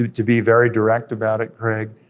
to to be very direct about it, craig,